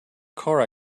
car